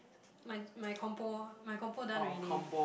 my my compo my compo done already